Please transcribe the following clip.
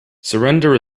surrender